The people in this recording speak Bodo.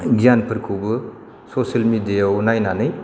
गियानफोरखौबो ससियेल मिडियायाव नायनानै